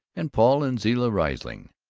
and paul and zilla riesling.